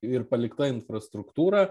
ir palikta infrastruktūra